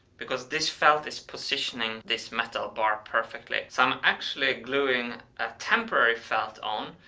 because this felt is positioning this metal bar perfectly, so i'm actually gluing a temporary felt on,